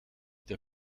der